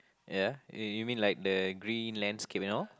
ya you you mean like the green landscape and all